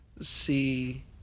see